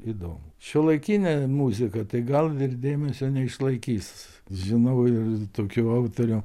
įdomu šiuolaikinė muzika tai gal ir dėmesio neišlaikys žinau ir tokių autorių